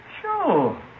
Sure